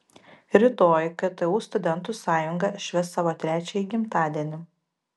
rytoj ktu studentų sąjunga švęs savo trečiąjį gimtadienį